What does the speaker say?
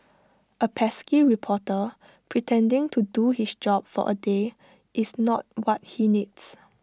A pesky reporter pretending to do his job for A day is not what he needs